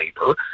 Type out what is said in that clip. labor